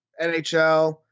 NHL